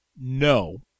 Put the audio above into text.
No